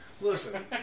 Listen